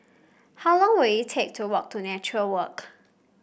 how long will it take to walk to Nature Walk